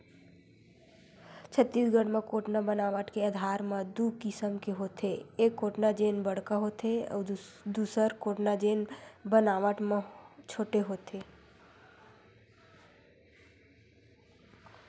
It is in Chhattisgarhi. छत्तीसगढ़ म कोटना बनावट के आधार म दू किसम के होथे, एक कोटना जेन बड़का होथे अउ दूसर कोटना जेन बनावट म छोटे होथे